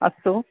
अस्तु